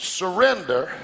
surrender